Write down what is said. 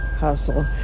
hustle